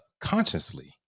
consciously